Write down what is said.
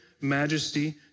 majesty